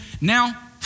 Now